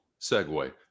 segue